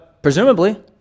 Presumably